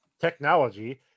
technology